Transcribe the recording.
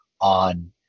on